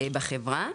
בחברה,